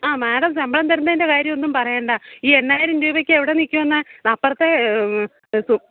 ആ മേഡം ശമ്പളം തരുന്നതിൻ്റെ കാര്യമൊന്നും പറയണ്ട ഈ എണ്ണായിരം രൂപയ്ക്ക് എവടെ നിൽക്കുമെന്നാണ് അപ്പുറത്തെ